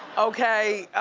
okay?